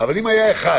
אבל אם היה אחד,